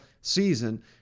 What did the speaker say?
season